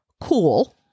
cool